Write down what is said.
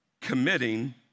committing